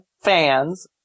fans